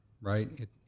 right